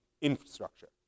infrastructure